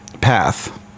path